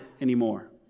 anymore